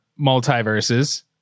multiverses